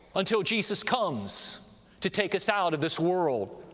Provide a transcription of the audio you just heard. until jesus comes to take us out of this world.